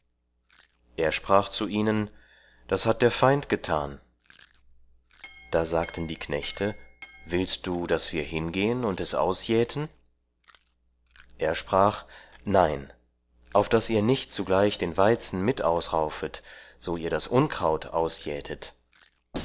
er sprach zu ihnen das hat der feind getan da sagten die knechte willst du das wir hingehen und es ausjäten er sprach nein auf daß ihr nicht zugleich den weizen mit ausraufet so ihr das unkraut ausjätet